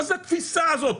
מה זה התפיסה הזאת?